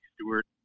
Stewart